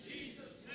Jesus